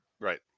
Right